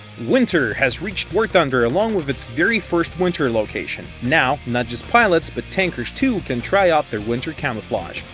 winter has reached war thunder along with its very first winter location. now, not just pilots, but tankers too can try out their winter camouflage.